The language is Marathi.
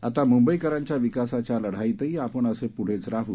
आता मुंबईकरांच्या विकासाच्या लढाईतही आपण असे पुढेच राहू